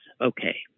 Okay